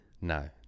no